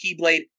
Keyblade